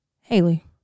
Haley